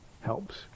helps